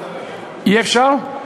אי-אפשר?